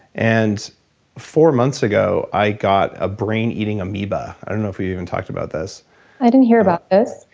and four months ago i got a brain eating amoeba, i don't know if we even talked about this i didn't hear about this yeah,